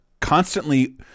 constantly